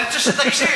אני רוצה שתקשיב.